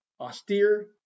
austere